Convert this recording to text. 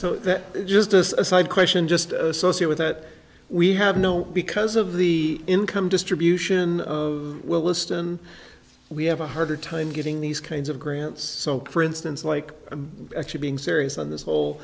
so that just as a side question just associate with that we have no because of the income distribution of well liston we have a harder time getting these kinds of grants so for instance like i'm actually being serious on this whole